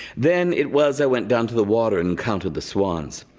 then it was i went down to the water and counted the swans,